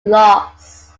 lost